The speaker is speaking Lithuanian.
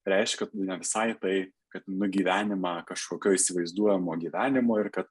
reiškia ne visai tai kad nugyvenimą kažkokio įsivaizduojamo gyvenimo ir kad